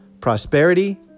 prosperity